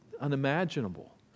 unimaginable